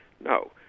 No